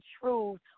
truth